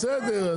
בסדר,